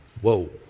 Whoa